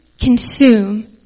consume